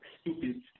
stupid